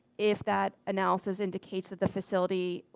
if that analysis indicates that the facility,